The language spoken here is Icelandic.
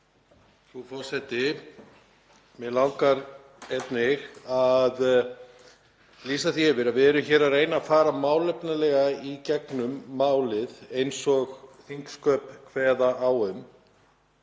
Frú forseti. Mig langar einnig að lýsa því yfir að við erum hér að reyna að fara málefnalega í gegnum málið eins og þingsköp kveða á um.